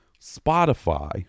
Spotify